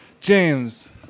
James